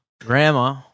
Grandma